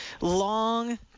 long